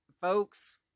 Folks